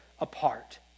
apart